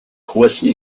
croatie